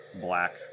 black